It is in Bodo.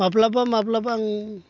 माब्लाबा माब्लाबा आं